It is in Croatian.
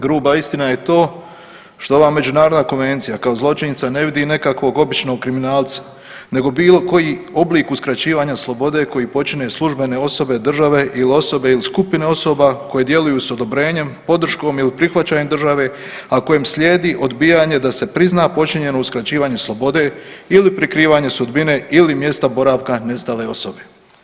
Gruba istina je to što ova Međunarodna konvencija kao zločinca ne vidi nekakvog običnog kriminalca, nego bilo koji oblik uskraćivanja slobode koji počine službene osobe države ili osobe ili skupine osoba koje djeluju s odobrenjem, podrškom ili prihvaćanjem države a kojem slijedi odbijanje da se prizna počinjeno uskraćivanje slobode ili prikrivanje sudbine ili mjesta boravka nestale osobe.